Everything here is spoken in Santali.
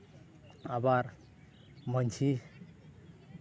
ᱟᱵᱟᱨ ᱢᱟᱹᱡᱷᱤ